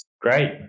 Great